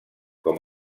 com